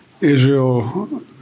Israel